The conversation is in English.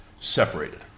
separated